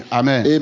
amen